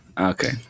Okay